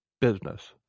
business